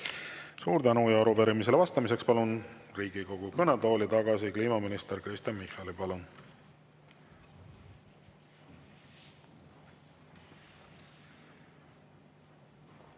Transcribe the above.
Suur tänu! Arupärimisele vastamiseks palun Riigikogu kõnetooli tagasi kliimaminister Kristen Michali. Palun!